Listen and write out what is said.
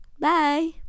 bye